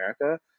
america